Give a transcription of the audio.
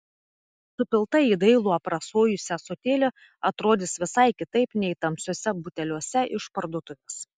supilta į dailų aprasojusį ąsotėlį atrodys visai kitaip nei tamsiuose buteliuose iš parduotuvės